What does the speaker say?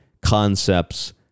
concepts